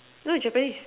you know Japanese